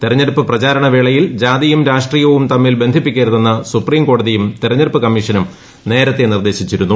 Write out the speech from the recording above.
തെരഞ്ഞെടുപ്പ് പ്രചരണവേളയിൽ ജാതിയും രാഷ്ട്രീയവും തമ്മിൽ ബന്ധിപ്പിക്കരുതെന്ന് സുപ്രീംകോടതിയും തെരഞ്ഞെടുപ്പ് കമ്മീഷനും നേരത്തെ നിർദ്ദേശിച്ചിരുന്നു